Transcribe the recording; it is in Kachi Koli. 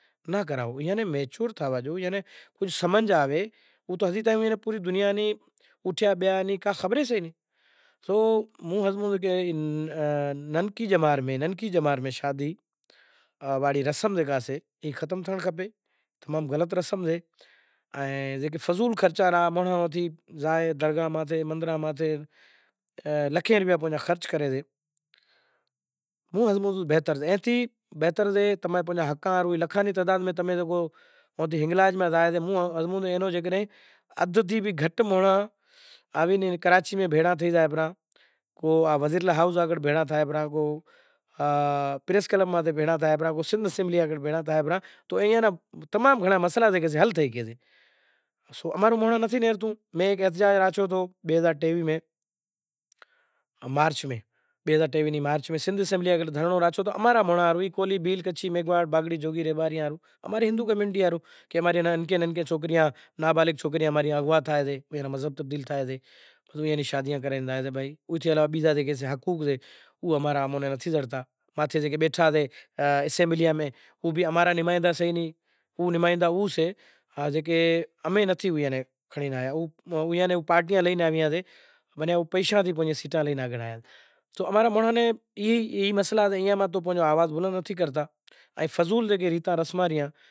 ستجگ ماں زے مانڑو مرتو تو اینا جنگل ماں فگائی آوتا جنگل ماں فگائی آوتا رہتا تو اماں را سنت تھا مہاپرش تھیا تو ایئاں ویچار کریا کہ اینو کوئی طور طریقو کرو تو ائیاں شوں کریو کہ سوچ ویچار کریو کہ آ کام ٹھیک نتھی غلط سے پسے مہاتما ایوو ویچار کاڈھیو سماج ماں ایوی وات لائی کہ بھائی آز تھی کری عام مانڑو نیں جنگل ماں نہ پھگائی ائو ہوے اینے پانڑی نے حوالے کرو، جل نے حوالے کریو زائے پسے ایئاں شوں کریو کہ زے پسے کوئی مانڑاو مری زاتو تو پسے جل نے حوالے کریو پسے ای ست یگ گزریو آیو تریتا یگ تو تریتا یگ ماں پانڑی ماں پھگاوا ناں ڈیا تو مانڑاں ویچار کریو کہ پانڑی ماں بھی جیت جناور سے انے مانڑاں نیں پانڑی میں پھگائی آلاں تو آپاں ماں انسانیت نو کوئی وجود ناں بنڑیو انسان تو مہاں سے تو پسے ای تریترا یگ ماں وری ای سنت لوگ